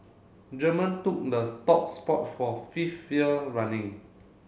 German took the stop spot for fifth year running